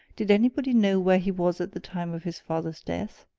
did anybody know where he was at the time of his father's death?